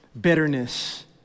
bitterness